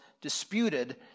disputed